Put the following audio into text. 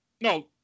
No